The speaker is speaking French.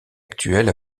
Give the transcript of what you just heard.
actuelle